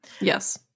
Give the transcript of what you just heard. Yes